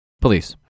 Police